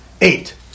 Eight